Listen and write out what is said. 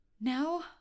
now